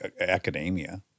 academia